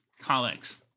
colleagues